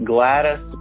Gladys